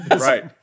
right